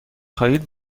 خواهید